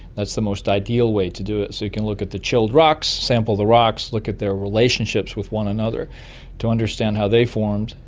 that's the most ideal way to do it, so you can look at the chilled rocks, sample the rocks, look at their relationships with one another to understand how they formed,